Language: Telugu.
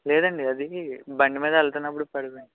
లేదండి అదీ బండి మీద వెళ్తున్నప్పుడు పడిపోయింది